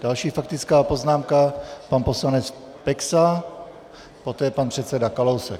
Další faktická poznámka pan poslanec Peksa, poté pan předseda Kalousek.